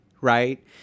right